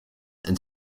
and